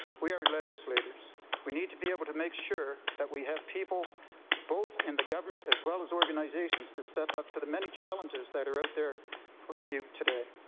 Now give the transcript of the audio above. we are legislatorses we need to be able to make sure that we have people both in the government as well as organizations to step up to the many challenges that are out there in front of you today.